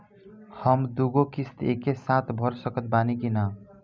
हम दु गो किश्त एके साथ भर सकत बानी की ना?